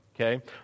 okay